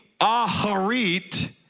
Aharit